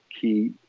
key